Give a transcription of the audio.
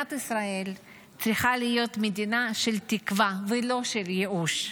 מדינת ישראל צריכה להיות מדינה של תקווה ולא של ייאוש.